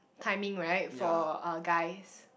timing right for uh guys